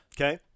Okay